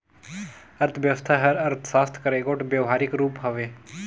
अर्थबेवस्था हर अर्थसास्त्र कर एगोट बेवहारिक रूप हवे